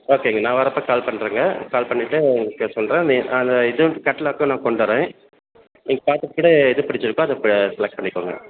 ஓகேங்க நான் வர்றப்போ கால் பண்ணுறேங்க கால் பண்ணிவிட்டு உங்களுக்கு பேச சொல்லுறேன் நீங்கள் அதை இது வந்து கேட்லாகும் நான் கொண்டு வர்றேன் நீங்கள் பார்த்துட்டு கூட எது பிடிச்சிருக்கோ அதை அப்போ செலக்ட் பண்ணிக்கோங்க